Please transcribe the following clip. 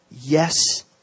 Yes